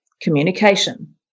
communication